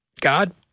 God